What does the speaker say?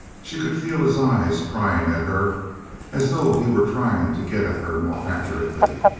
she could feel his eyes prying at her as though he were trying to get at her more accurately.